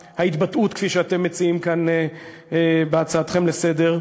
ההתבטאות, כפי שאתם מציעים כאן בהצעתכם לסדר.